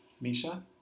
Misha